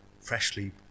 freshly